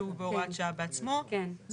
שהוא בהוראת שעה בעצמו.